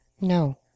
No